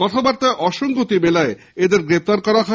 কথাবার্তায় অসঙ্গতি মেলায় এদের গ্রেপ্তার করা হয়